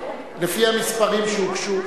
לפי המספרים שהוגשו.